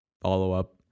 Follow-up